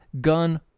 Gun